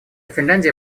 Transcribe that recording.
финляндия